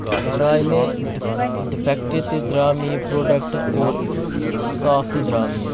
درایہِ مےٚ ڈف ڈِفیکٹ تہِ دراو مےٚ یہِ پروڈکٹ اور صاف تہِ دراو مےٚ یہ